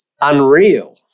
unreal